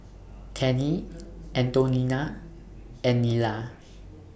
Tennie Antonina and Nila